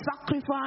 sacrifice